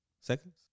seconds